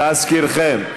להזכירכם,